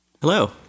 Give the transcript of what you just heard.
Hello